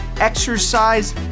exercise